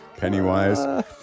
Pennywise